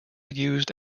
used